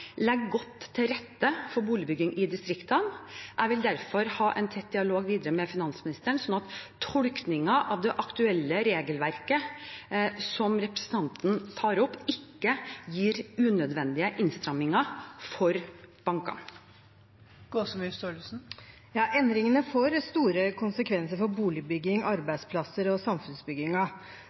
legger godt til rette for boligbygging i distriktene. Jeg vil derfor ha en tett dialog videre med finansministeren, slik at tolkningen av det aktuelle regelverket som representanten tar opp, ikke gir unødvendige innstramninger for bankene. Endringene får store konsekvenser for boligbygging, arbeidsplasser og